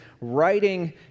writing